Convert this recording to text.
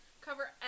cover